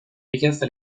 richiesta